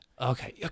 Okay